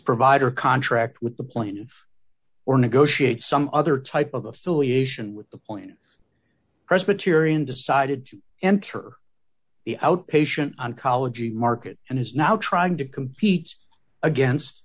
provider contract with the plane or negotiate some other type of affiliation with the point presbyterian decided to enter the outpatient oncology market and is now trying to compete against